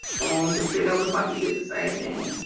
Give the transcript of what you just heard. and katrina looks like you did the same thing.